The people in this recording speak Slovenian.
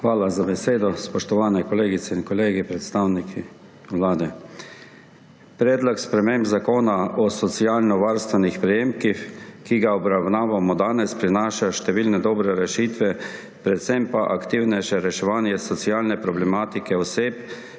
Hvala za besedo. Spoštovane kolegice in kolegi, predstavniki Vlade! Predlog sprememb Zakona o socialno varstvenih prejemkih, ki ga obravnavamo danes, prinaša številne dobre rešitve, predvsem pa aktivnejše reševanje socialne problematike oseb,